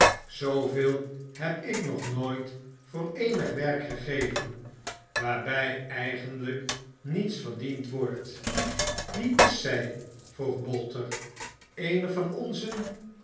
zooveel heb ik nog nooit voor eenig werk gegeven waarbij eigenlijk niets verdiend wordt wie is zij vroeg bolter eene van de onzen